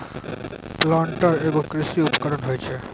planter एगो कृषि उपकरण होय छै